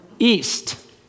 east